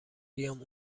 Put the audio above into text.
بیام